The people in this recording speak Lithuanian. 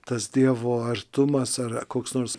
tas dievo artumas ar koks nors